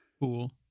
Cool